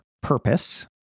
Purpose